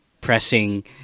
pressing